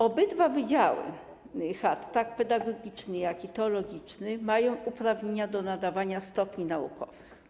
Obydwa wydziały ChAT, tak pedagogiczny, jak i teologiczny, mają uprawnienia do nadawania stopni naukowych.